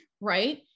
right